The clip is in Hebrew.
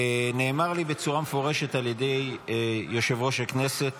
נאמר לי בצורה מפורשת על ידי יושב-ראש הכנסת